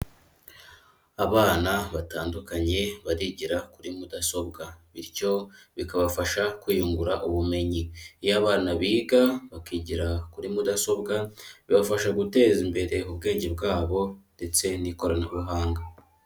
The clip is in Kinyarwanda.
Abana batandukanye, barigira kuri mudasobwa, bityo bikabafasha kwiyungura ubumenyi, iyo abana biga, bakigira kuri mudasobwa, bibafasha guteza imbere ubwenge bwabo ndetse n'ikoranabuhanga.